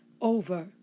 over